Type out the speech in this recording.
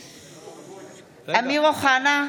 (קוראת בשמות חברי הכנסת) אמיר אוחנה,